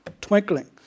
twinkling